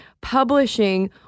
publishing